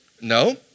No